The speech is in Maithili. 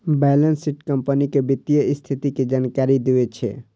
बैलेंस शीट कंपनी के वित्तीय स्थिति के जानकारी दै छै